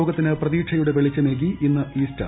ലോകത്തിന് പ്രതീക്ഷയുടെവെളിച്ചമേകി ഇന്ന് ഈസ്റ്റർ